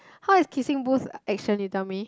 how is Kissing Booth action you tell me